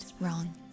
wrong